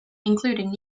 including